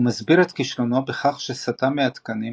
הוא מסביר את כישלונו בכך שסטה מהתקנים